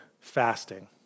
fasting